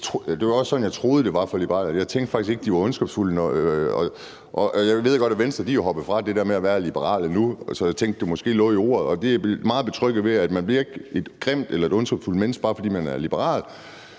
Det var også sådan, jeg troede det var for Liberal Alliance. Jeg tænkte faktisk ikke, at Liberal Alliance var ondskabsfulde. Jeg ved godt, at Venstre nu er hoppet fra det der med at være liberale, så jeg tænkte, det måske lå i ordet. Jeg er meget betrygget ved, at man ikke bliver et grimt eller ondskabsfuldt menneske, bare fordi man er liberal.